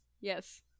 yes